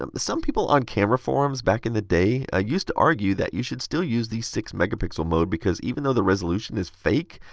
um some people on camera forums back in the day ah used to argue that you should still use the six megapixel mode because even though the resolution is fake,